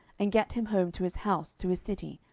and gat him home to his house, to his city,